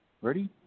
Ready